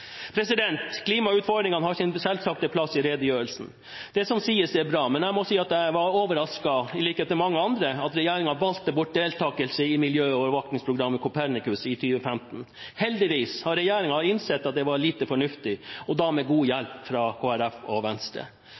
Klimautfordringene har sin selvsagte plass i redegjørelsen. Det som sies, er bra, men jeg må si at jeg ble overrasket – i likhet med mange andre – over at regjeringen valgte bort deltagelse i miljøovervåkningsprogrammet Copernicus i 2015. Heldigvis har regjeringen innsett at det var lite fornuftig, og da med god hjelp fra Kristelig Folkeparti og Venstre.